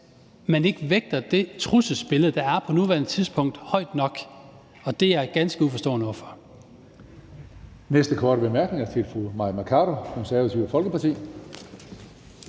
man ikke vægter det trusselsbillede, der er på nuværende tidspunkt, højt nok, og det er jeg ganske uforstående over for.